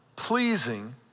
pleasing